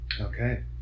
Okay